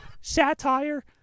Satire